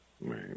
Right